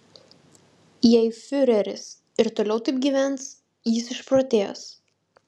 jei fiureris ir toliau taip gyvens jis išprotės